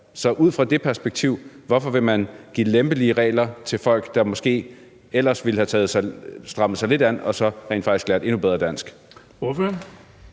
Så ud fra det perspektiv: Hvorfor vil man give lempelige regler til folk, der måske ellers ville have strammet sig lidt an og så rent faktisk lært endnu bedre dansk?